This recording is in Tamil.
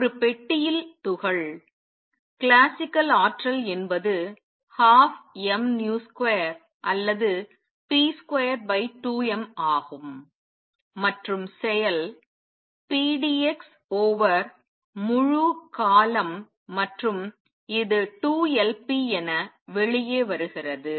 ஒரு பெட்டியில் துகள் கிளாசிக்கல் ஆற்றல் என்பது 12mv2 அல்லது p22m ஆகும் மற்றும் செயல் P d x ஓவர் முழு காலம் மற்றும் இது 2 Lp என வெளியே வருகிறது